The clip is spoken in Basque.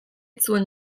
zuen